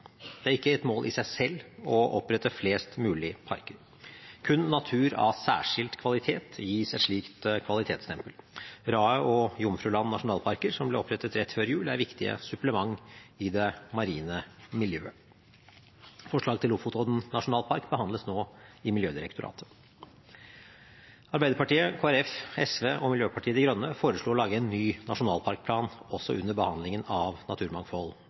Det er ikke et mål i seg selv å opprette flest mulig parker. Kun natur av særskilt kvalitet gis et slikt kvalitetsstempel. Raet nasjonalpark og Jomfruland nasjonalpark, som ble opprettet rett før jul, er viktige supplement i det marine miljøet. Forslaget om Lofotodden nasjonalpark behandles nå i Miljødirektoratet. Arbeiderpartiet, Kristelig Folkeparti, SV og Miljøpartiet De Grønne foreslo å lage en ny nasjonalparkplan også under behandlingen av